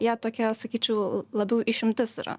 jie tokie sakyčiau labiau išimtis yra